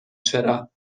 چرا